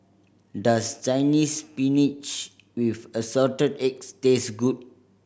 does Chinese Spinach with Assorted Eggs taste good